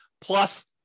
Plus